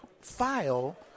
file